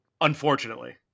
unfortunately